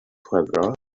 chwefror